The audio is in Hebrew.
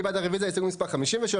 מי בעד רביזיה להסתייגות מספר 68?